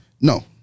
No